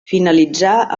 finalitzà